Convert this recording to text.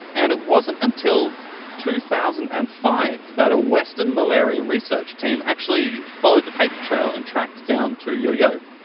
and it wasn't until two thousand and five that a western malaria research team actually followed the paper trail and tracked down tu youyou.